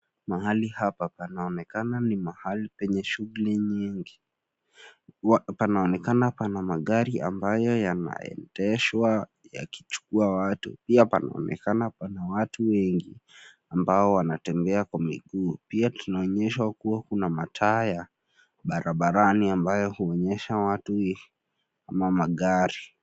Mahali hapa panaonekana ni mahali penye shuguli nyingi Panaonekana pana magari ambayo yanaendeshwa yakichukua watu. Pia panaonekana pana watu wengi ambao wanatembea kwa miguu. Pia tunaonyeshwa kuwa kuna mataa ya barabarani ambayo huonyesha watu ama magari.